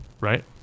Right